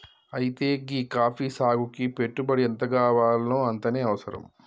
అయితే గీ కాఫీ సాగుకి పెట్టుబడి ఎంతగావాల్నో అంతనే అవసరం